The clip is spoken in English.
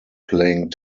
playing